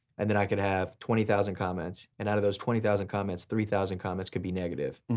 and then i could have twenty thousand comments. and out of those twenty thousand comments, three thousand comments could be negative.